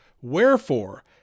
Wherefore